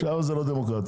שם זאת לא דמוקרטיה.